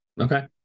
okay